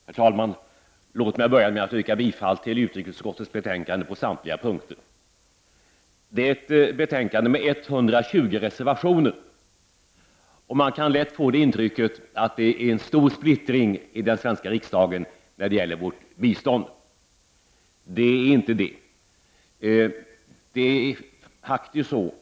Herr talman! Låt mig börja med att på samtliga punkter yrka bifall till utskottets hemställan. Det är ett betänkande med 120 reservationer. Man kan lätt få intryck av att det är en stor splittring i den svenska riksdagen när det gäller vårt bistånd. Så förhåller det sig inte.